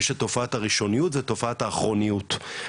יש את תופעת הראשוניות ותופעת האחרוניות,